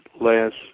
last